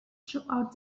throughout